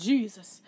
Jesus